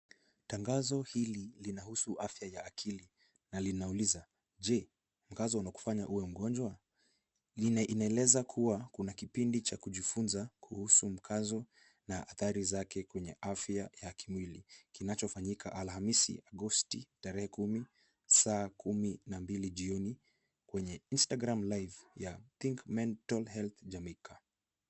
Tangazo hili linahusu afya ya akili na linauliza ,je mkazo unakufanya uwe mgonjwa? lile inaeleza kuwa kuna kipindi cha kujifunza kuhusu mkazo na athari zake kwenye afya ya kimwili ,kinachofanyika Alhamisi Agosti tarehe kumi, saa kumi na mbili jioni kwenye [Instagram live] ya[ think mental health Jamaica].